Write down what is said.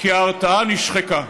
כי ההרתעה נשחקה.